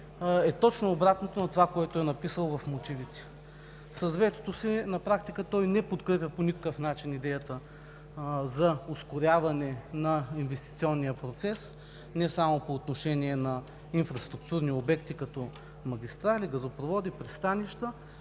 е точно обратното на това, което е написано в мотивите. С ветото си на практика той не подкрепя по никакъв начин идеята за ускоряване на инвестиционния процес не само по отношение на инфраструктурни обекти като магистрали, газопроводи, пристанища,